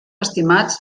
estimats